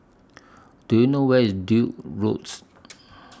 Do YOU know Where IS Duke's Roads